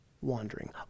wandering